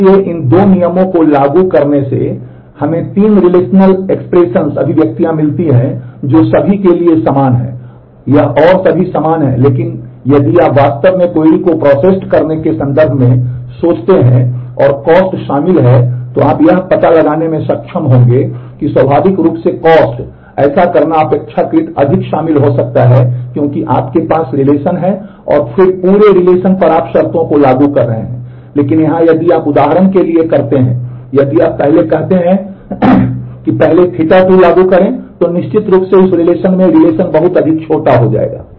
इसलिए इन दो नियमों को लागू करने से हमें तीन रिलेशनल बहुत अधिक हो छोटे जाएगा